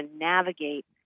navigate